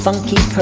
Funky